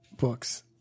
books